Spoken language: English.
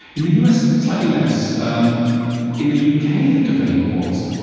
in the u s, slightly less. um in the u k, the debate was,